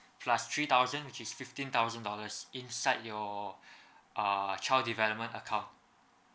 plus three thousand which is fifteen thousand dollars inside your uh child development account